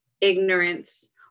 ignorance